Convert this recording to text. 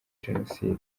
jenoside